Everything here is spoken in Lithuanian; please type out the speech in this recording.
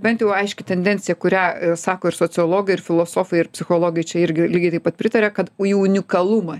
bent jau aiški tendencija kurią sako ir sociologai ir filosofai ir psichologai čia irgi lygiai taip pat pritaria kad į unikalumą